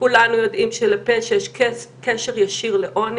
כולנו יודעים שלפשע יש קשר ישיר לעוני,